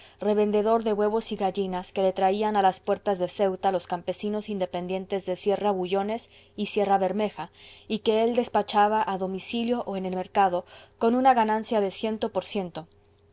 revendedor de huevos y gallinas que le traían a las puertas de ceuta los campesinos independientes de sierra bullones y sierra bermeja y que él despachaba a domicilio o en el mercado con una ganancia de ciento por ciento